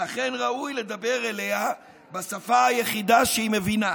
ולכן ראוי לדבר אליה בשפה היחידה שהיא מבינה: